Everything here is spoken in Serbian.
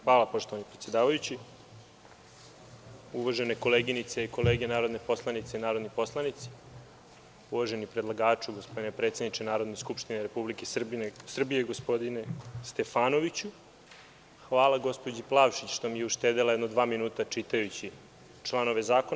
Hvala poštovani predsedavajući, uvažene koleginice i kolege narodne poslanice i narodni poslanici, uvaženi predlagaču, gospodine predsedniče Narodne skupštine Republike Srbije, gospodine Stefanoviću, hvala gospođi Plavšić što mi je uštedela jedno dva minuta čitajući članove zakona.